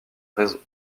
réseau